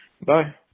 bye